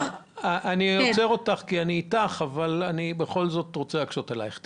אני איתך אבל אני בכל זאת רוצה להקשות עלייך.